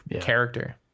character